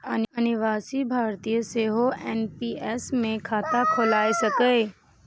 अनिवासी भारतीय सेहो एन.पी.एस मे खाता खोलाए सकैए